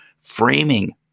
framing